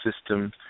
system